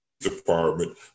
Department